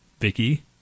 Vicky